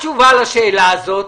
מה התשובה לשאלה הזאת?